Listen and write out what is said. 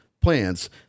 plans